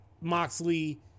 Moxley